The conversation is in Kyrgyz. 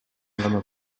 гана